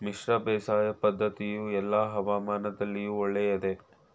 ಮಿಶ್ರ ಬೇಸಾಯ ಪದ್ದತಿಯು ಎಲ್ಲಾ ಹವಾಮಾನದಲ್ಲಿಯೂ ಒಳ್ಳೆಯದೇ?